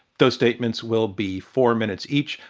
those statements will be four minutes each.